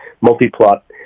multi-plot